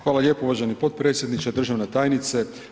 Hvala lijepo uvaženi potpredsjedniče, državna tajnice.